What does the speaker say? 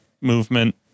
movement